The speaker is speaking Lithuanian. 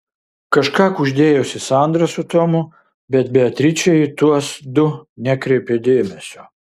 kažką kuždėjosi sandra su tomu bet beatričė į tuos du nekreipė dėmesio